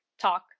talk